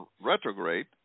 retrograde